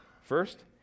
first